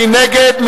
מי נגד?